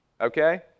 okay